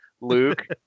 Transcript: Luke